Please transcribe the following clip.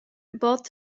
bod